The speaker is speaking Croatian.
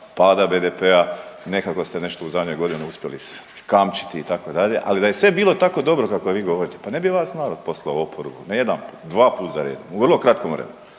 pada BDP-a, nekako se nešto u zadnjoj godini uspjeli iskamčiti, itd., ali da je sve bilo tako dobro kako vi govorite, pa ne bi vas narod poslao u oporbu, ne jedanput, dvaput za redom u vrlo kratkom vremenu.